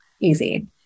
easy